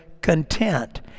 content